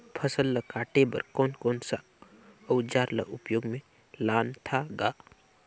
फसल ल काटे बर कौन कौन सा अउजार ल उपयोग में लानथा गा